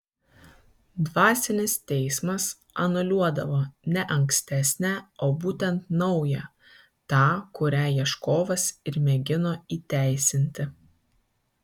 dvasinis teismas anuliuodavo ne ankstesnę o būtent naują tą kurią ieškovas ir mėgino įteisinti